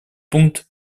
пункт